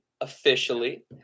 Officially